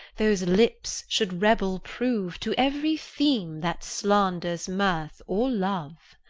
those lips should rebel prove to every theme that slanders mirth or love.